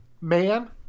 man